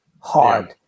hard